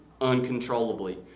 uncontrollably